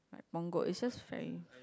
Punggol it's just very